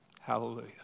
Hallelujah